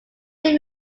think